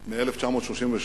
מ-1936